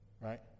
Right